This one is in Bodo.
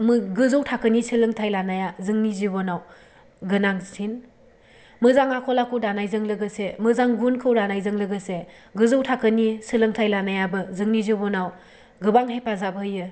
मो गोजौ थाखोनि सोलोंथाइ लानाया जोंनि जिबनाव गोनांसिन मोजां आखल आखु दानायजों लोगोसे मोजां गुनखौ लानायजों लोगोसे गोजौ थाखोनि सोलोंथाइ लानायाबो जोंनि जिबनाव गोबां हेफाजाब होयो